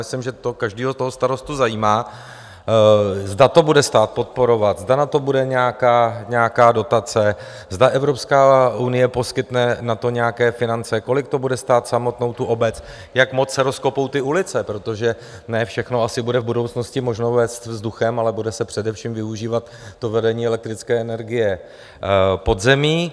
Myslím, že to každého toho starostu zajímá, zda to bude stát podporovat, zda na to bude nějaká dotace, zda Evropská unie poskytne na to nějaké finance, kolik to bude stát samotnou obec, jak moc se rozkopou ty ulice, protože ne všechno asi bude v budoucnosti možno vést vzduchem, ale bude se především využívat to vedení elektrické energie pod zemí.